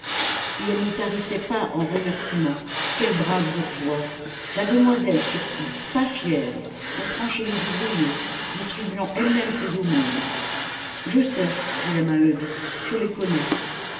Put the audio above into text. et elle ne tarissait pas en remerciements quels braves bourgeois la demoiselle surtout pas fière entrant chez les ouvriers distribuant elle-même ses aumônes je sais dit la maheude je les connais